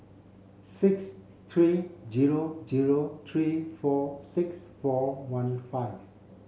six three zero zero three four six four one five